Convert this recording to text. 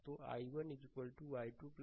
तो i1 i2 10